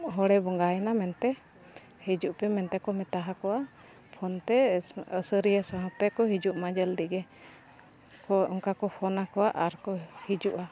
ᱦᱚᱲᱮ ᱵᱚᱸᱜᱟᱭᱮᱱᱟ ᱢᱮᱱᱛᱮ ᱦᱤᱡᱩᱜ ᱯᱮ ᱢᱮᱱᱛᱮ ᱠᱚ ᱢᱮᱛᱟ ᱠᱚᱣᱟ ᱯᱷᱳᱱᱛᱮ ᱟᱹᱥᱟᱹᱨᱤᱭᱟᱹ ᱥᱟᱶᱛᱮ ᱠᱚ ᱦᱤᱡᱩᱜᱼᱢᱟ ᱡᱚᱞᱫᱤᱜᱮ ᱚᱱᱠᱟ ᱠᱚ ᱯᱷᱳᱱ ᱟᱠᱚᱣᱟ ᱟᱨ ᱠᱚ ᱦᱤᱡᱩᱜᱼᱟ